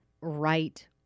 right